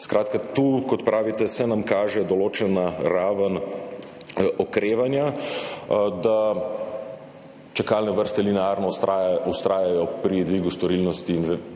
Skratka, tu se nam, kot pravite, kaže določena raven okrevanja, da čakalne vrste linearno vztrajajo pri dvigu storilnosti in